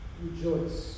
rejoice